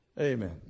Amen